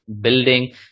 building